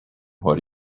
what